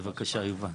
בבקשה, יובל.